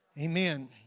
Amen